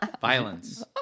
Violence